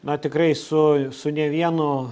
na tikrai su su ne vienu